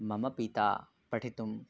मम पिता पठितुं